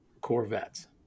Corvettes